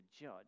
judge